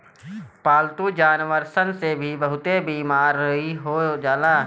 पालतू जानवर सन से भी बहुते बेमारी हो जाला